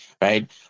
right